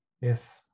Yes